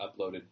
uploaded